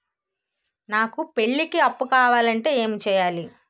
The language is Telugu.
నాకు పెళ్లికి అప్పు కావాలంటే ఏం చేయాలి?